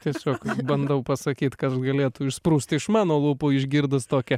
tiesiog bandau pasakyt kas galėtų išsprūsti iš mano lūpų išgirdus tokią